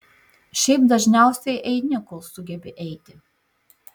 šiaip dažniausiai eini kol sugebi eiti